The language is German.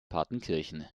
partenkirchen